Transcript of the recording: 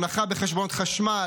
הנחה בחשבונות חשמל,